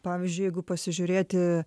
pavyzdžiui jeigu pasižiūrėti